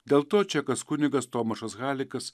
dėl to čekas kunigas tomašas halikas